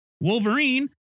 Wolverine